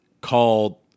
called